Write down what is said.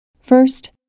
First